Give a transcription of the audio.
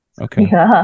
Okay